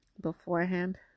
beforehand